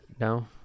no